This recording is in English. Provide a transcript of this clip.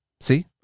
See